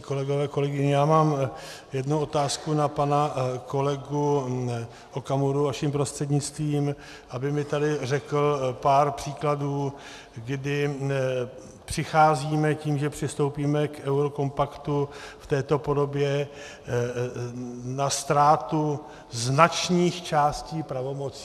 Kolegyně, kolegové, já mám jednu otázku na pana kolegu Okamuru vaším prostřednictvím, aby mi tady řekl pár příkladů, kdy přicházíme tím, že přistoupíme k eurokompaktu v této podobě, na ztrátu značných částí pravomocí.